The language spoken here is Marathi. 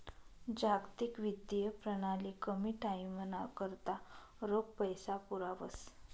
जागतिक वित्तीय प्रणाली कमी टाईमना करता रोख पैसा पुरावस